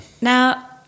now